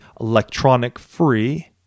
electronic-free